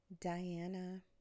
Diana